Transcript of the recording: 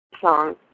song